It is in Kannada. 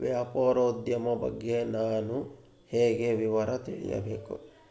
ವ್ಯಾಪಾರೋದ್ಯಮ ಬಗ್ಗೆ ನಾನು ಹೇಗೆ ವಿವರ ತಿಳಿಯಬೇಕು?